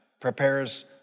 prepares